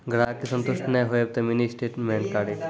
ग्राहक के संतुष्ट ने होयब ते मिनि स्टेटमेन कारी?